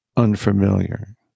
Unfamiliar